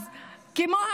ולו בשיעור קטן.